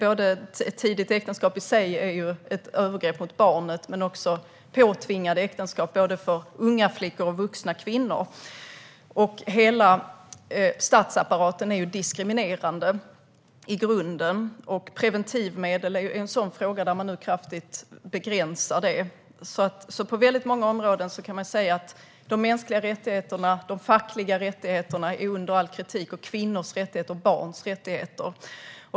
Ett tidigt äktenskap är i sig ett övergrepp mot barnet. Det är också påtvingade äktenskap för både unga flickor och vuxna kvinnor. Hela statsapparaten är i grunden diskriminerande. Preventivmedel är en sådan fråga. Det begränsar man nu kraftigt. På väldigt många områden kan man se att de mänskliga rättigheterna och de fackliga rättigheterna är under all kritik. Det handlar också om kvinnors rättigheter och om barns rättigheter.